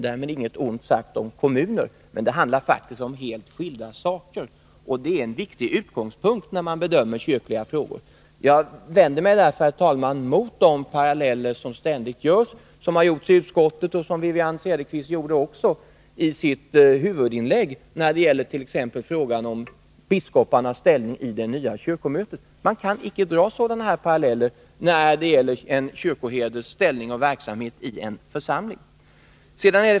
Därmed inget ont sagt om kommuner, men det handlar om helt skilda saker, och det är en viktig utgångspunkt när man bedömer kyrkliga frågor. Jag vänder mig därför, herr talman, mot de paralleller som ständigt dras. Det har man gjort i utskottet, och också Wivi-Anne Cederqvist gjorde det i sitt huvudinlägg när dett.ex. gäller frågan om biskoparnas ställning i det nya kyrkomötet. Man kan icke dra sådana här paralleller när det gäller en kyrkoherdes ställning och verksamhet i en församling.